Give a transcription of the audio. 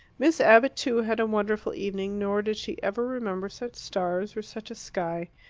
miss abbott, too, had a wonderful evening, nor did she ever remember such stars or such a sky.